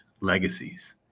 legacies